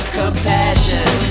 compassion